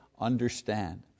understand